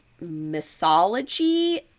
mythology